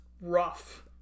rough